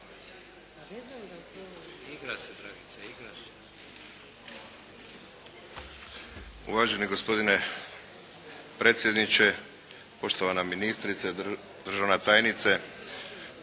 Uvaženi gospodine predsjedniče, poštovana ministrice, državna tajnice,